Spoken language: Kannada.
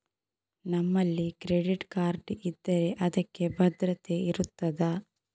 ನಮ್ಮಲ್ಲಿ ಕ್ರೆಡಿಟ್ ಕಾರ್ಡ್ ಇದ್ದರೆ ಅದಕ್ಕೆ ಭದ್ರತೆ ಇರುತ್ತದಾ?